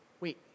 wait